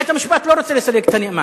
ובית-המשפט לא רוצה לסלק את הנאמן.